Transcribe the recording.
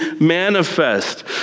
manifest